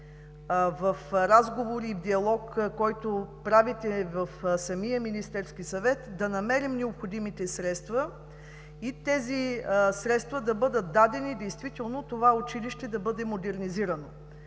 в разговор и диалог, който правите в самия Министерски съвет, да намерим необходимите средства и тези средства да бъдат дадени действително това училище да бъде модернизирано.